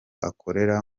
akorera